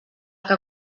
que